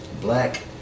black